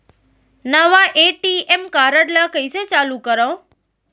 नवा ATM card ल कइसे चालू करव?